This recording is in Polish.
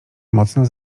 mocno